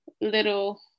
little